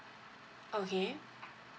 okay